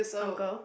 uncle